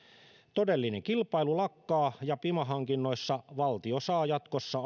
todellinen kilpailu lakkaa ja pima hankinnoissa valtio saa jatkossa